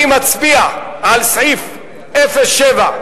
אני מצביע על סעיף 07,